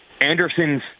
Anderson's